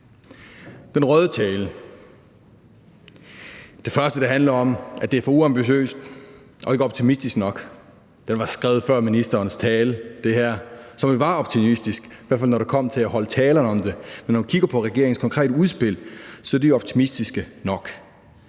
den grønne tale. Det første, den røde tale handler om, er, at det er for uambitiøst og ikke optimistisk nok. Den var skrevet før ministerens tale, som jo var optimistisk, i hvert fald når det kom til at holde tale om det. Men når man kigger på regeringens konkrete udspil, er det ikke optimistisk nok.